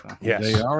yes